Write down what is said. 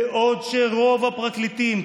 בעוד שרוב הפרקליטים,